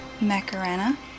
macarena